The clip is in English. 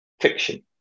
fiction